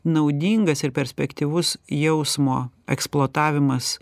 naudingas ir perspektyvus jausmo eksploatavimas